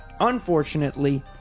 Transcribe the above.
Unfortunately